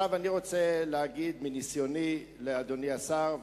אני רוצה להגיד לאדוני השר,